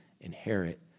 inherit